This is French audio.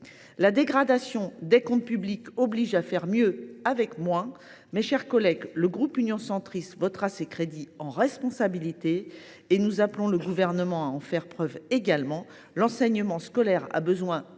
La dégradation des comptes publics oblige à faire mieux avec moins. Mes chers collègues, le groupe Union Centriste votera ces crédits, dans un esprit de responsabilité – au Gouvernement d’en faire preuve également. L’enseignement scolaire a besoin de